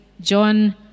John